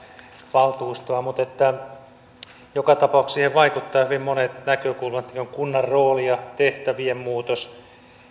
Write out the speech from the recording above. valtuustoa joka tapauksessa siihen vaikuttavat hyvin monet näkökulmat kunnan rooli ja tehtävien muutos